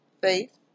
faith